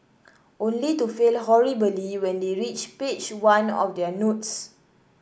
only to fail horribly when they reach page one of their notes